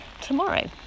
tomorrow